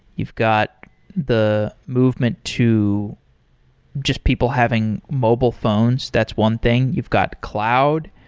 you've got the movement to just people having mobile phones, that's one thing. you've got cloud.